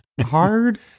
Hard